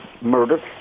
murder